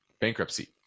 bankruptcy